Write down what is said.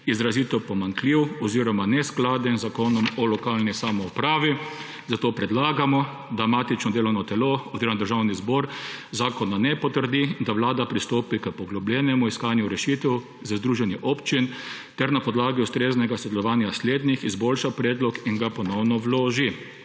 izrazito pomanjkljiv oziroma neskladen z Zakonom o lokalni samoupravi, zato predlagamo, da matično delovno telo oziroma Državni zbor zakona ne potrdi, da Vlada pristopi k poglobljenemu iskanju rešitev za Združenje občin ter na podlagi ustreznega sodelovanja slednjih izboljša predlog in ga ponovno vloži.«